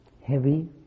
heavy